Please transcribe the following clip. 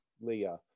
Leah